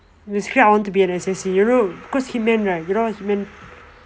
basically I want to be a S_S_C you know cause human right you know he-man